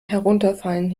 herunterfallen